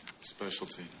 Specialty